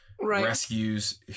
rescues